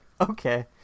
okay